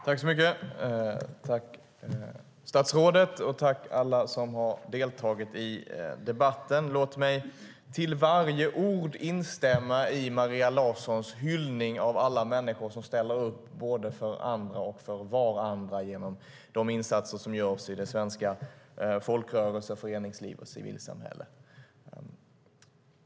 Fru talman! Tack statsrådet och tack alla som har deltagit i debatten! Låt mig till varje ord instämma i Maria Larssons hyllning av alla människor som ställer upp både för andra och för varandra genom de insatser som görs i det svenska folkrörelse och föreningslivet och civilsamhället.